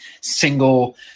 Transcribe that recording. single